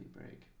break